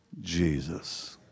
Jesus